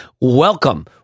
welcome